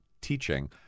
teaching